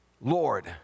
Lord